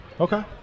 Okay